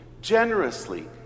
generously